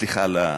סליחה על הביטוי,